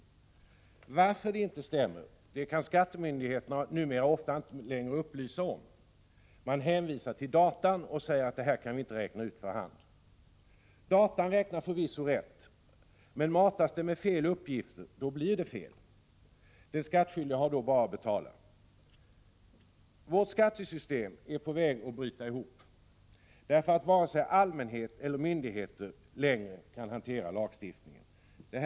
Orsaken till att beloppet inte stämmer kan skattemyndigheterna numera ofta inte upplysa om. Man hänvisar till datorn och säger att det inte går att räkna ut beloppet för hand. Datorn räknar förvisso rätt, men matas den med felaktiga uppgifter blir det fel. Den skattskyldige har då bara att betala. Vårt skattesystem är på väg att bryta samman, eftersom varken allmänheten eller myndigheterna kan hantera lagstiftningen längre.